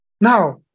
Now